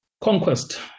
conquest